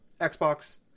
Xbox